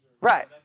Right